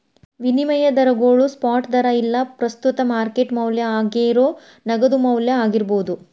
ವಿನಿಮಯ ದರಗೋಳು ಸ್ಪಾಟ್ ದರಾ ಇಲ್ಲಾ ಪ್ರಸ್ತುತ ಮಾರ್ಕೆಟ್ ಮೌಲ್ಯ ಆಗೇರೋ ನಗದು ಮೌಲ್ಯ ಆಗಿರ್ಬೋದು